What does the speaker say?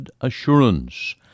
Assurance